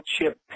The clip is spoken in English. Chip